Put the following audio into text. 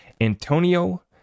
Antonio